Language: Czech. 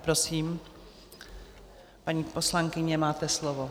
Prosím, paní poslankyně, máte slovo.